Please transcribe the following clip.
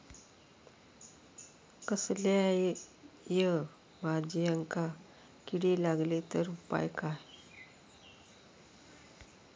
कसल्याय भाजायेंका किडे लागले तर उपाय काय?